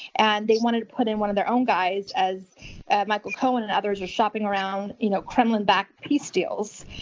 and they wanted to put in one of their own guys as michael cohen and others are shopping around you know kremlin-backed peace deals.